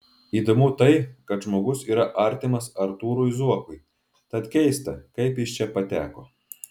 įdomu tai kad žmogus yra artimas artūrui zuokui tad keista kaip jis čia pateko